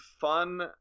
fun